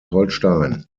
holstein